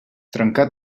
trencar